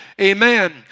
Amen